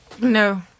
No